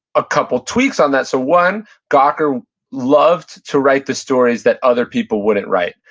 a couple tweaks on that. so one, gawker loved to write the stories that other people wouldn't write.